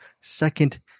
second